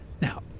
now